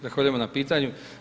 Zahvaljujem na pitanju.